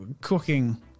cooking